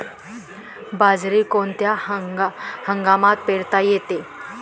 बाजरी कोणत्या हंगामात पेरता येते?